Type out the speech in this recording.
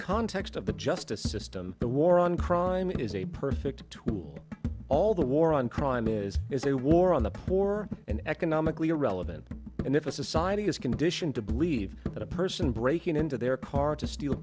context of the justice system the war on crime is a perfect tool all the war on crime is is a war on the poor and economically irrelevant and if a society is conditioned to believe that a person breaking into their car to steal